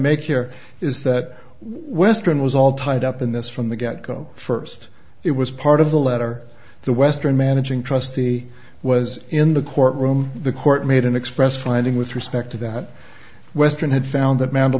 make here is that western was all tied up in this from the get go first it was part of the letter the western managing trustee was in the courtroom the court made an expressed finding with respect to that western had found that mandel